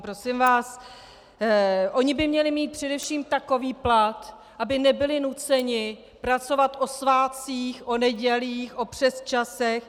Prosím vás, oni by měli mít především takový plat, aby nebyli nuceni pracovat o svátcích, o nedělí, o přesčasech.